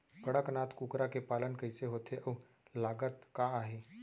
कड़कनाथ कुकरा के पालन कइसे होथे अऊ लागत का आही?